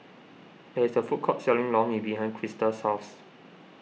there is a food court selling Lor Mee behind Crista's house